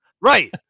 Right